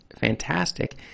fantastic